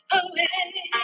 away